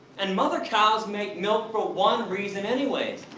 and mother cows make milk for one reason anyways.